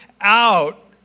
out